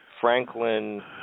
Franklin